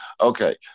Okay